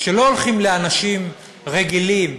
שלא הולכים לאנשים "רגילים",